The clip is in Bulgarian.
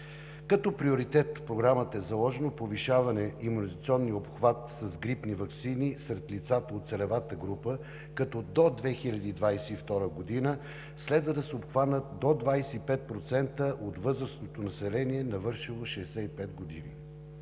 Като приоритет в Програмата е заложено повишаване на имунизационния обхват с грипни ваксини сред лицата от целевата група, като до 2022 г. следва да се обхванат до 25% от възрастното население, навършило 65 години.